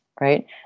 right